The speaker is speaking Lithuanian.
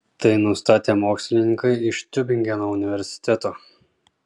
tai nustatė mokslininkai iš tiubingeno universiteto